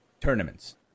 Tournaments